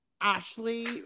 Ashley